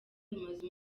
rumaze